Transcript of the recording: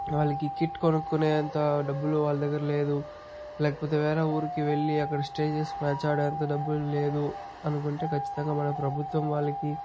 వాళ్ళకి కిట్ కొనుకునేంత డబ్బులు వాళ్ళ దగ్గర లేదు లేకపోతే వేరే ఊరికి వెళ్ళి అక్కడ స్టే చేసుకుని మ్యాచ్ ఆడే అంత డబ్బులు లేదు అనుకుంటే ఖచ్చితంగా మన ప్రభుత్వం వాళ్ళకి